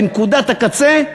בנקודת הקצה,